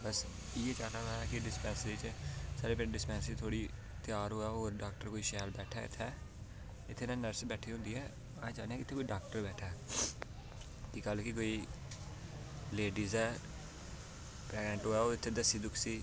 बस इयै चाह्नां में कि डिस्पैंसरी च सारे पिंड डिस्पैंसरी थोह्ड़ी त्यार होऐ होर कोई डॉक्टर बैठे इत्थें कोई नर्स बैठी दी होंदी ऐ अस चाह्ने कि इत्थें कोई डॉक्टर बैठे कि कल्ल गी कोई लेडीज़ ऐ प्रेगनैंट ऐ ओह् इत्थें दस्सी सकै